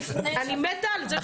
לפני שאת מבטיחה.